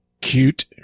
cute